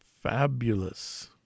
Fabulous